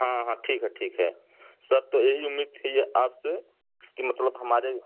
हाँ हाँ ठीक है ठीक है सब तो यही उम्मीद थी आपसे कि मतलब हमारे